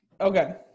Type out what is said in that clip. Okay